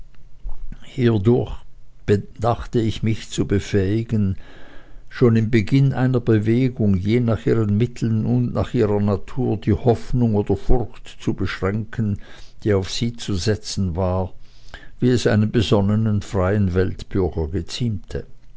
hiedurch dachte ich mich zu befähigen schon im beginn einer bewegung je nach ihren mitteln und nach ihrer natur die hoffnung oder furcht zu beschränken die auf sie zu setzen war wie es einem besonnenen freien weltbürger